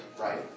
right